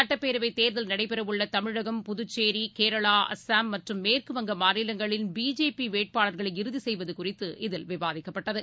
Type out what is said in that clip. சட்டப்பேரவைத் தேர்தல் நடைபெற உள்ள தமிழகம் புதுச்சேரி கேரளா அசாம் மற்றும் மேற்குவங்கம் மாநிலங்களின் பிஜேபி வேட்பாளர்களை இறுதி செய்வது குறித்து விவாதிக்கப்பட்டது